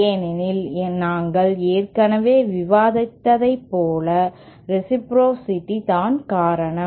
ஏனெனில் நாங்கள் ஏற்கனவே விவாதித்ததைப் போல ரெசிப்ரோசிட்டி தான் காரணம்